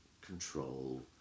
control